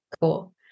Cool